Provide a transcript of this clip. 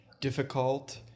difficult